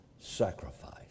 sacrifice